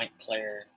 player